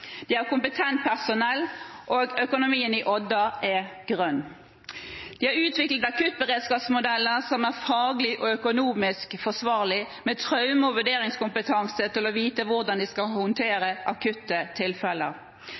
De har kompetent personell, og økonomien i Odda er grønn. De har utviklet akuttberedskapsmodeller som er faglig og økonomisk forsvarlige, med traume- og vurderingskompetanse til å vite hvordan de skal håndtere akutte tilfeller.